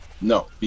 No